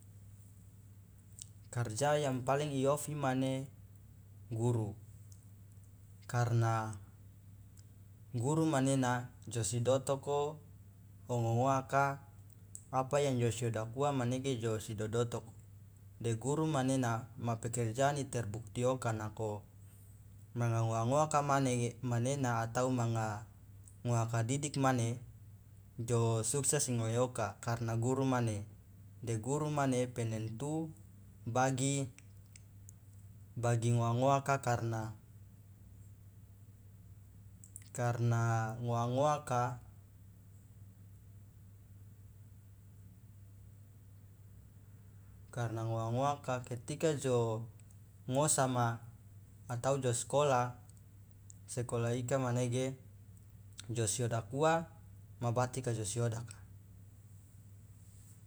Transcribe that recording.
Karja yang paling iofi mane guru karna guru manena josidotoko ongo ngoaka apa yang josi odakuwa manege josi dodotoko de guru manena ma pekerjaan iterbukti oka nako manga ngoa ngoaka manege manena atau manga ngoaka didik mane jo sukses ingoe oka karna guru mane de guru mane penentu bagi bagi ngoa ngoaka karna karna ngoa ngoaka karna ngoa ngoaka ketika jo ngosama atau jo skola sekolah ika manege josi odakuwa ma bati kajo siodaka.